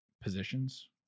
positions